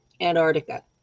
Antarctica